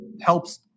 helps